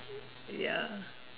ya